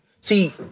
See